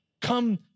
come